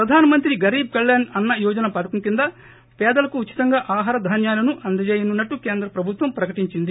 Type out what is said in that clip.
ప్రధానమంత్రి గరీబ్ కళ్యాణ్ అన్న యోజన పథకం కింద పేదలకు ఉచితంగా ఆహార ధాన్యాలను అందజేయనున్నట్లు కేంద్ర ప్రభుత్వం ప్రకటించింది